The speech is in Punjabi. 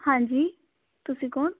ਹਾਂਜੀ ਤੁਸੀਂ ਕੌਣ